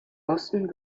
osten